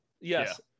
yes